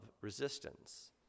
resistance